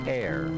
air